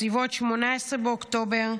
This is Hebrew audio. בסביבות 18 באוקטובר,